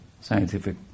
scientific